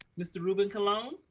mr. ruben colon.